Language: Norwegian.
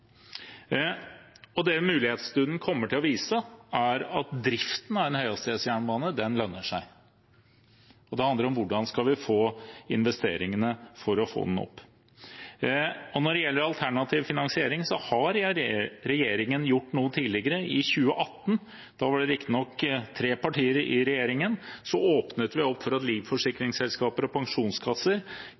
Det mulighetsstudien kommer til å vise, er at driften av en høyhastighetsjernbane lønner seg. Det handler om hvordan vi skal få investeringer for å få den opp. Når det gjelder alternativ finansiering, har regjeringen gjort noe tidligere. I 2018 – da var det riktignok tre partier i regjeringen – åpnet vi opp for at livsforsikringsselskaper og pensjonskasser